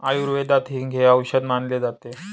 आयुर्वेदात हिंग हे औषध मानले जाते